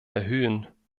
erhöhen